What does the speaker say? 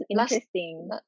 interesting